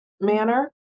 manner